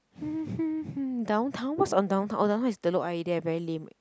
downtown what's on downtown oh downtown is Telok-Ayer there very lame